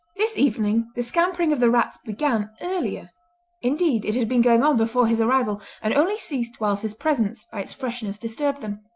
this evening the scampering of the rats began earlier indeed it had been going on before his arrival, and only ceased whilst his presence by its freshness disturbed them.